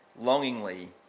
longingly